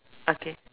okay